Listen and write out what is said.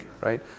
right